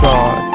God